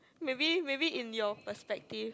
maybe maybe in your perspective